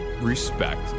respect